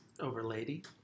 Overlady